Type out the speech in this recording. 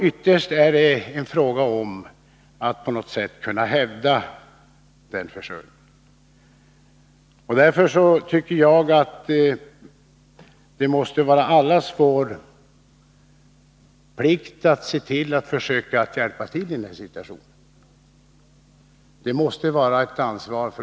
Ytterst är det fråga om att på något sätt kunna hävda den försörjningen. Därför tycker jag att det måste vara allas vår plikt att försöka hjälpa till i den här situationen. Där har vi alla ett ansvar.